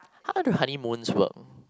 how does do honeymoon works